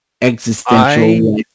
existential